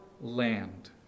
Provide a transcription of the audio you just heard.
land